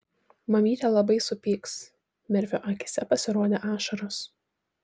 mamytė labai supyks merfio akyse pasirodė ašaros